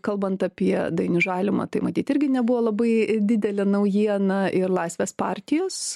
kalbant apie dainių žalimą tai matyt irgi nebuvo labai didelė naujiena ir laisvės partijos